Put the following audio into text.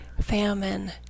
famine